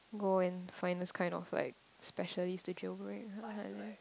go and find those kind of like specialist to jail break her I think